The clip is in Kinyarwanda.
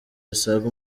zisaga